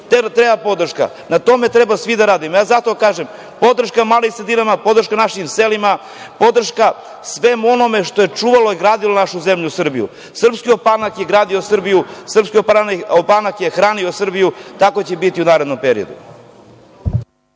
treba im podrška. Na tome treba svi da radimo. Zato kažem – podrška malim sredinama, podrška našim selima, podrška svemu onome što je čuvalo i gradilo našu zemlju Srbiju. Srpski opanak je gradio Srbiju. Srpski opanak je hranio Srbiju i tako će biti u narednom periodu.